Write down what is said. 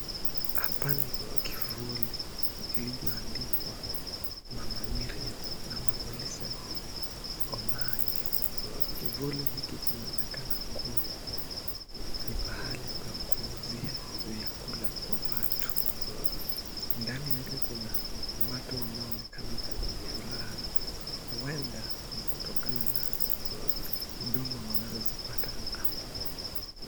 Hapa ni kivuli kilichoandikwa Mama Miriam ama Millicent Omanga. Kivuli hiki kinaonekana kuwa ni pahali pa kuuzia vyakula kwa watu. Ndani yake kuna watu wanaonekana kuwa na furaha huenda ni kutokana na huduma wanazozipata hapa.